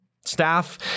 staff